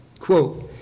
quote